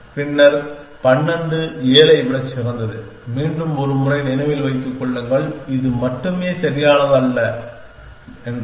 பின்னர் 12 7 ஐ விட சிறந்தது மீண்டும் ஒரு முறை நினைவில் வைத்துக் கொள்ளுங்கள் இது மட்டுமே சரியானதல்ல என்று